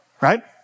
Right